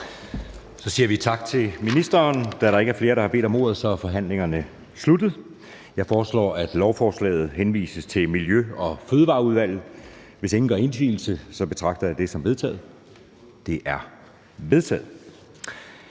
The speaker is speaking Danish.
Så siger vi tak til ministeren. Da der ikke er flere, der har bedt om ordet, er forhandlingen sluttet. Jeg foreslår at lovforslaget henvises til Miljø- og Fødevareudvalget. Hvis ingen gør indsigelse, betragter jeg det som vedtaget. Det er vedtaget.